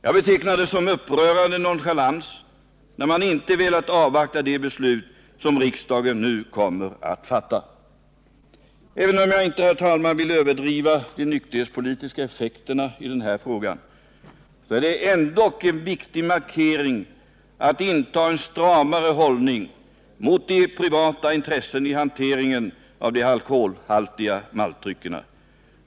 Jag betecknar det som upprörande nonchalans, när man inte velat avvakta det beslut som riksdagen nu kommer att fatta. Herr talman! Även om jag inte vill överdriva de nykterhetspolitiska effekterna i den här frågan, innebär det ändock en viktig markering att inta en stramare hållning mot de privata intressena i hanteringen av de alkoholhaltiga maltdryckerna.